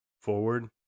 forward